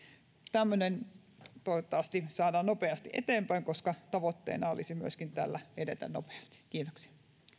toivottavasti tämä saadaan nopeasti eteenpäin koska tavoitteena olisi myöskin edetä nopeasti kiitoksia